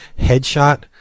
headshot